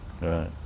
Right